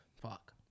Fuck